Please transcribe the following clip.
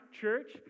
church